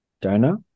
donor